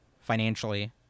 financially